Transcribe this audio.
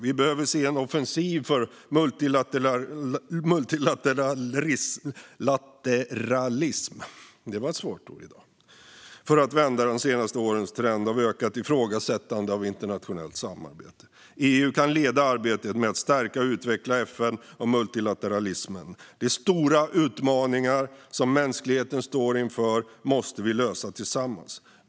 Vi behöver se en offensiv för multilateralism för att vända de senaste årens trend av ökat ifrågasättande av internationellt samarbete. EU kan leda arbetet med att stärka och utveckla FN och multilateralismen. De stora utmaningar som mänskligheten står inför måste vi lösa tillsammans.